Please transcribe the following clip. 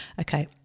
Okay